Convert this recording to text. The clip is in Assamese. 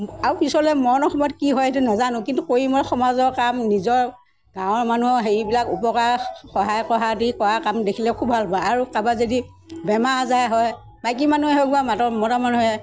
আৰু পিছলৈ মৰণৰ সময়ত কি হয় সেইটো নাজানো কিন্তু কৰিম মই সমাজৰ কাম নিজৰ গাঁৱৰ মানুহৰ হেৰিবিলাক উপকাৰ সহায় কৰা আদি কৰা কাম দেখিলে খুব ভাল পাওঁ আৰু কাৰোবাৰ যদি বেমাৰ আজাৰ হয় মাইকী মানুহে হওক বা মতা মানুহে